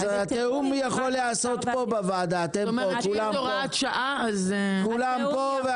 התיאום יכול להיעשות פה בוועדה, אתם פה, כולם פה.